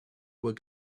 were